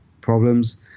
problems